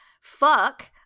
fuck